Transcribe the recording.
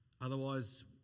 Otherwise